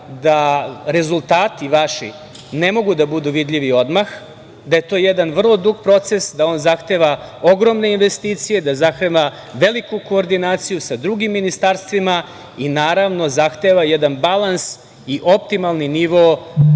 da rezultati vaši ne mogu da budu vidljivi odmah, da je to jedan vrlo dug proces, da on zahteva ogromne investicije, da zahteva veliku koordinaciju sa drugim ministarstvima i, naravno, zahteva jedan balans i optimalni nivo